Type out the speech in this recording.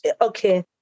okay